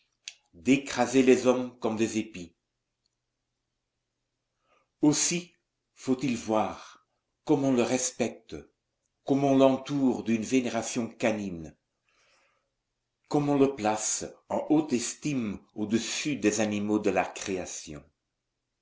d'écraser les hommes comme des épis aussi faut-il voir comme on le respecte comme on l'entoure d'une vénération canine comme on le place en haute estime au-dessus des animaux de la création